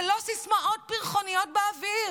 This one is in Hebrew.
זה לא סיסמאות פורחות באוויר,